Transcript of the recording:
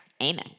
amen